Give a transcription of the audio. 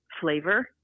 flavor